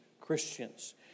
Christians